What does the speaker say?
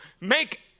Make